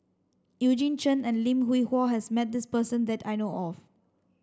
Eugene Chen and Lim Hwee Hua has met this person that I know of